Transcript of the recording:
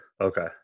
Okay